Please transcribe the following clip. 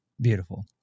Beautiful